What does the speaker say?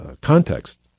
context